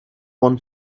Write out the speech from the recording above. want